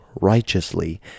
righteously